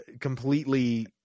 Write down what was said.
completely –